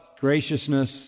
graciousness